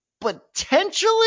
potentially